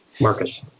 Marcus